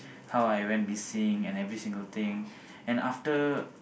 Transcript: how I went missing and every single thing and after